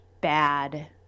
bad